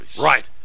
Right